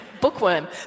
Bookworm